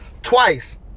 Twice